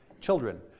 children